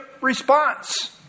response